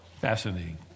Fascinating